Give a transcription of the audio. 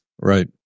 right